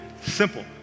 Simple